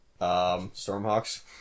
Stormhawks